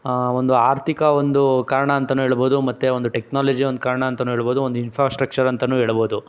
ಒಂದು ಆರ್ಥಿಕ ಒಂದು ಕಾರಣ ಅಂತಲೂ ಹೇಳ್ಬೋದು ಮತ್ತೆ ಒಂದು ಟೆಕ್ನಲಾಜಿಯ ಒಂದು ಕಾರಣ ಅಂತಲೂ ಹೇಳ್ಬೋದು ಒಂದು ಇನ್ಫ್ರಾಸ್ಟ್ರಕ್ಚರ್ ಅಂತಲೂ ಹೇಳಬೋದು